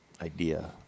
idea